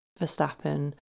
Verstappen